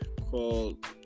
called